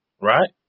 Right